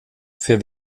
für